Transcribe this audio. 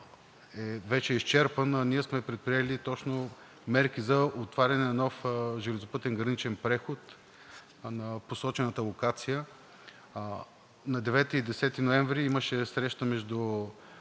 е вече изчерпан, ние сме предприели точно мерки за отваряне на нов железопътен граничен преход на посочената локация. На 9 и 10 ноември имаше среща между